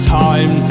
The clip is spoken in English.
time